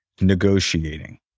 negotiating